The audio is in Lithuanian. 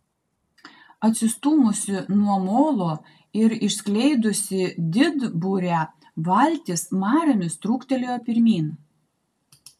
atsistūmusi nuo molo ir išskleidusi didburę valtis mariomis trūktelėjo pirmyn